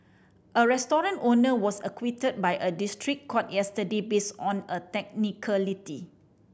a restaurant owner was acquitted by a district court yesterday based on a technicality